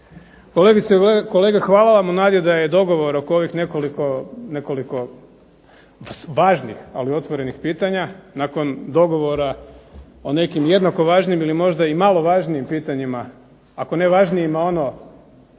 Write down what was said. kolege hvala vam u nadi da je dogovor oko ovih nekoliko važnih ali otvorenih pitanja, nakon dogovora o nekim jednako važnim ili možda malo važnijim pitanjima, ako ne važnijima ono